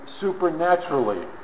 supernaturally